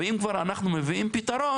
ואם כבר אנחנו מביאים פתרון,